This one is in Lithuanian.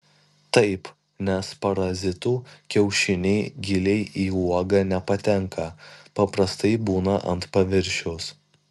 taip nes parazitų kiaušiniai giliai į uogą nepatenka paprastai būna ant paviršiaus